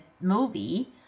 movie